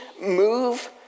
move